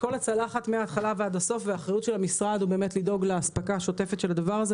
בצלחת שלנו ואחריות המשרד לדאוג לאספקה שוטפת של הדבר הזה.